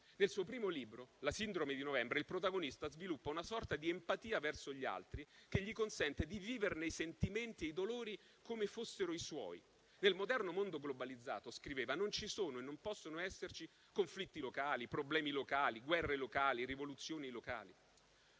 Nel suo primo libro «La sindrome di novembre», il protagonista sviluppa una sorta di empatia verso gli altri che gli consente di vivere i sentimenti e i dolori degli altri come fossero i suoi. Nel moderno mondo globalizzato, scriveva, non ci sono e non possono esserci conflitti locali, problemi locali, guerre locali, rivoluzioni locali.